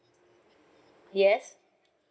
yes